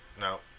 No